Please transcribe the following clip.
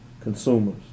consumers